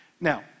Now